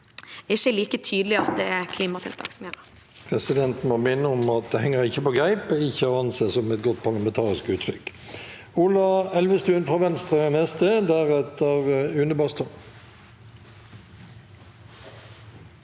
ikke like tydelig at det er klimatiltakene som gjelder.